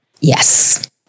Yes